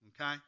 okay